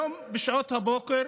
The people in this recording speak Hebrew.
היום בשעות הבוקר,